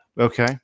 Okay